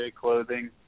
clothing